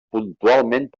puntualment